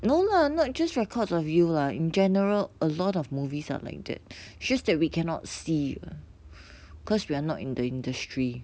no lah not just records of youth lah in general a lot of movies are like that it's just that we cannot see it lah because we're not in the industry